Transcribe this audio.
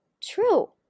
true